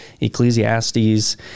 Ecclesiastes